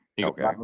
Okay